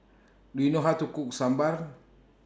Do YOU know How to Cook Sambar